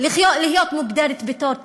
להיות מוגדרת בתור טרור.